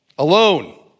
Alone